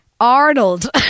Arnold